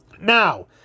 Now